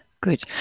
Good